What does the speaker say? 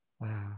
Wow